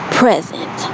present